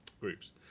groups